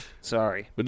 Sorry